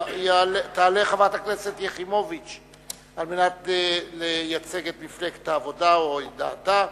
תעלה חברת הכנסת יחימוביץ על מנת לייצג את מפלגת העבודה או את דעתה,